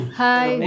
hi